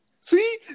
See